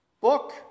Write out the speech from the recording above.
book